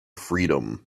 freedom